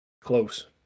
Close